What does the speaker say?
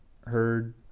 heard